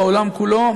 בעולם כולו,